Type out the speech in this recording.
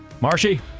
Marshy